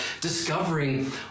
discovering